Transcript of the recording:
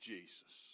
Jesus